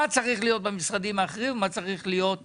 מה צריך להיות במשרדים האחרים ומה צריך להיות ברשות.